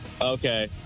Okay